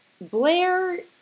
Blair